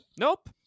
nope